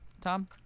tom